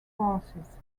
forces